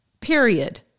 period